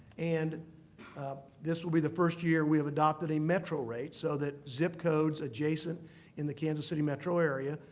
and this will be the first year we have adopted a metro rate so that zip codes adjacent in the kansas city metro area,